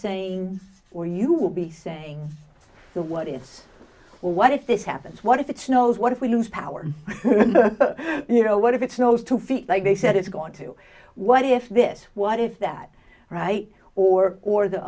saying or you will be saying the word is what if this happens what if it snows what if we lose power you know what if it snows two feet like they said it's going to what if this what is that right or or the